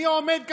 אני עומד כאן,